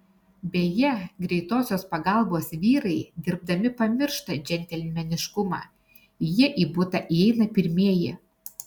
beje greitosios pagalbos vyrai dirbdami pamiršta džentelmeniškumą jie į butą įeina pirmieji